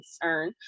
concern